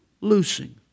loosing